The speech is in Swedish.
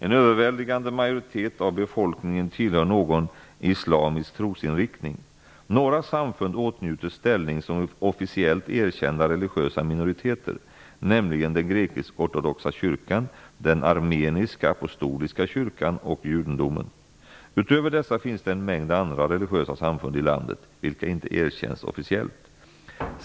En överväldigande majoritet av befolkningen tillhör någon islamisk trosinriktning. Några samfund åtnjuter ställning som officiellt erkända religiösa minoriteter, nämligen den grekiskortodoxa kyrkan, den armeniska apostoliska kyrkan och judendomen. Utöver dessa finns det en mängd andra religiösa samfund i landet, vilka inte erkänns officiellt.